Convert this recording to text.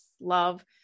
love